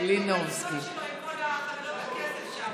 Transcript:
הייתי שמחה, עם כל הכסף שם.